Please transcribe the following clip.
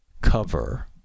cover